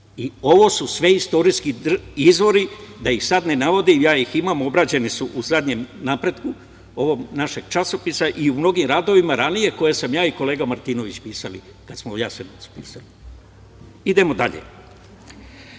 Ovo su sve istorijski izvori da ih sada ne navodim, ja ih imam, obrađene su u zadnjem „Napretku“ ovog našeg časopisa i u mnogim radovima ranije koje sam ja i kolega Martinović pisali kada smo o Jasenovcu pisali. Idemo dalje,